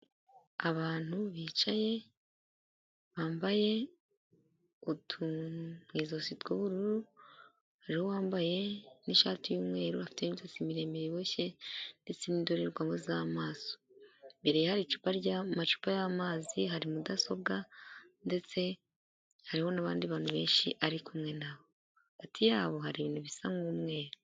Abantu bicaye bambaye utuntu mu izosi tw'ubururu hari wambaye ni'shati y'umweru afite inzotsi miremire iboshye ndetse n'indorerwamo z'amaso, imbere hari amacupa y'amazi hari mudasobwa ndetse hariho n naabandi bantu benshi ari kumwe na hagati yabo hari ibintu bisa nk'umweru.